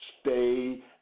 Stay